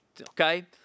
Okay